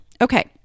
Okay